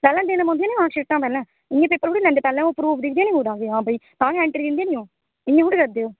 चलो पैह्लें मार्कशीटां पैह्लें ते ओह् प्रूफ दिक्खदे ना पैह्लें की आं भई तां गै एंट्री दिंदे ना इयां थोह्ड़े करदे